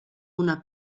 una